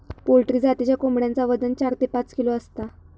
poultry जातीच्या कोंबड्यांचा वजन चार ते पाच किलो असता